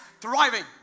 thriving